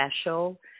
special